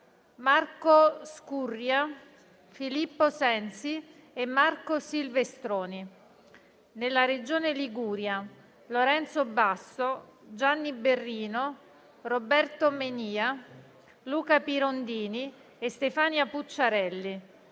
Marco Scurria, Filippo Sensi e Marco Silvestroni; nella Regione Liguria: Lorenzo Basso, Gianni Berrino, Roberto Menia, Luca Pirondini e Stefania Pucciarelli;